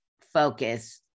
focus